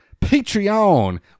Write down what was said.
Patreon